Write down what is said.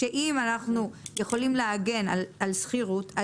אם אנחנו לעגן על שכירות,